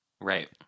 Right